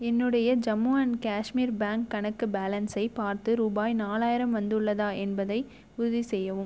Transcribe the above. என்னுடைய Jammu and Kashmir bank கணக்கு பேலன்ஸை பார்த்து ரூபாய் நாலாயிரம் வந்துள்ளதா என்பதை உறுதிசெய்யவும்